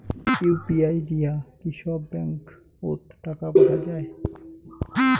UPI দিয়া কি সব ব্যাংক ওত টাকা পাঠা যায়?